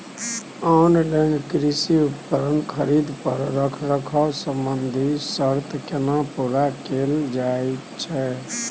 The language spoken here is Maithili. ऑनलाइन कृषि उपकरण खरीद पर रखरखाव संबंधी सर्त केना पूरा कैल जायत छै?